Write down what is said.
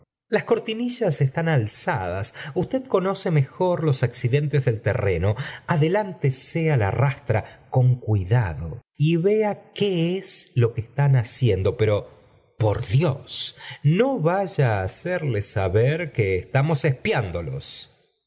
f cortinillas estén alzadas usted o mejor los accidentes del terreno adelántase á la lastra con cuidado y vea qué es lo que están l aciendo pero por dios no vaya a lmeerles ea ner que estamos espiándolos